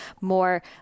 more